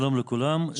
שלום לכולם,